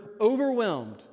overwhelmed